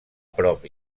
prop